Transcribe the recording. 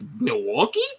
Milwaukee